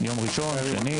יום ראשון או שני.